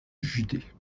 judée